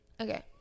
Okay